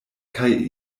kaj